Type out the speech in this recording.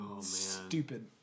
stupid